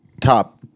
top